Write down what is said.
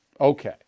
okay